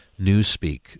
Newspeak